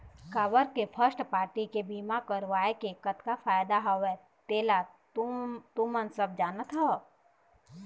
काबर के first party बीमा करवाय के कतका फायदा हवय तेन ल तुमन सब जानत हव